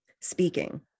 speaking